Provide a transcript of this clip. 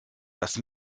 das